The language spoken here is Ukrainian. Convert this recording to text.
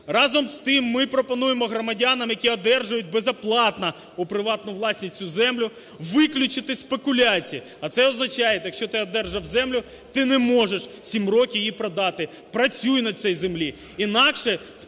Разом з тим ми пропонуємо громадянам, які одержують безоплатно у приватну власність цю землю, виключити спекуляції. А це означає, якщо ти одержав землю, ти не можеш 7 років її продати, працюй на цій землі, інакше